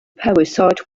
parasite